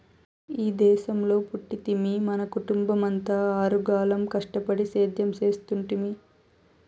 ఈ దేశంలో పుట్టితిమి మన కుటుంబమంతా ఆరుగాలం కష్టపడి సేద్యం చేస్తుంటిమి